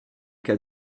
cas